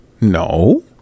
No